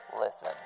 Listen